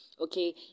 okay